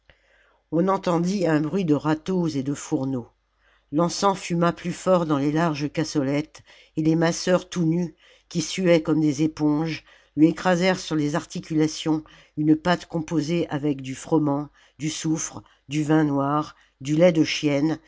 on entendit un bruit de râteaux et de fourneaux l'encens fuma plus fort dans les larges cassolettes et les masseurs tout nus qui suaient comme des éponges lui écrasèrent sur les articulations une pâte composée avec du froment du soufre du vin noir du lait de chienne